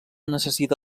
necessita